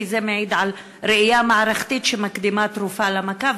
כי זה מעיד על ראייה מערכתית שמקדימה תרופה למכה,